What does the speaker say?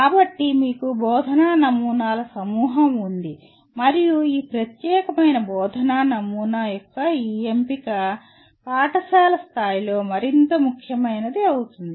కాబట్టి మీకు బోధనా నమూనాల సమూహం ఉంది మరియు ఈ ప్రత్యేకమైన బోధనా నమూనా యొక్క ఈ ఎంపిక పాఠశాల స్థాయిలో మరింత ముఖ్యమైనది అవుతుంది